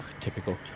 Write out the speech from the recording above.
typical